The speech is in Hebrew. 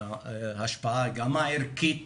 השפעה גם ערכית